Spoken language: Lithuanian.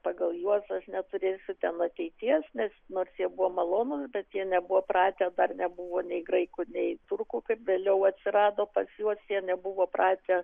pagal juos aš neturėsiu ten ateities nes nors jie buvo malonūs bet jie nebuvo pratę dar nebuvo nei graikų nei turkų kaip vėliau atsirado pas juos jie nebuvo pratę